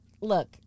look